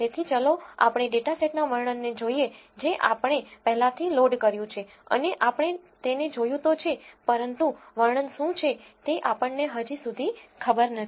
તેથી ચાલો આપણે ડેટા સેટનાં વર્ણનને જોઈએ જે આપણે પહેલાથી લોડ કર્યું છે અને આપણે તેને જોયું તો છે પરંતુ વર્ણન શું છે તે આપણને હજી સુધી ખબર નથી